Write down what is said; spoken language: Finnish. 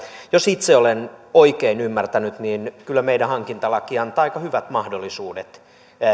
jos itse olen oikein ymmärtänyt niin kyllä meidän hankintalaki antaa aika hyvät mahdollisuudet